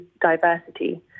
diversity